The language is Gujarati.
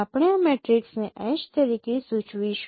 આપણે આ મેટ્રિક્સને H તરીકે સૂચવીશું